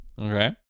Okay